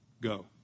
go